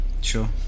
sure